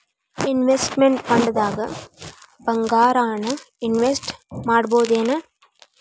Investment ಫಂಡ್ದಾಗ್ ಭಂಗಾರಾನ invest ಮಾಡ್ಬೊದೇನು?